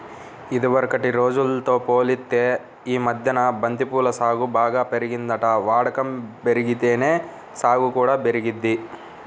ఇదివరకటి రోజుల్తో పోలిత్తే యీ మద్దెన బంతి పూల సాగు బాగా పెరిగిందంట, వాడకం బెరిగితేనే సాగు కూడా పెరిగిద్ది